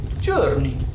journey